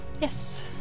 Yes